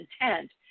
intent